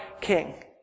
king